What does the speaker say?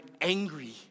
angry